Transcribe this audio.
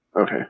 okay